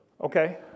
Okay